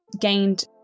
gained